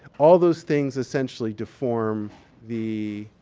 all those things, essentially, deform the